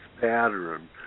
pattern